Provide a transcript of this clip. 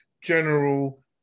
general